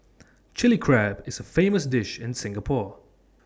Chilli Crab is A famous dish in Singapore